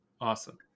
Awesome